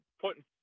putting